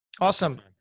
Awesome